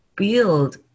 build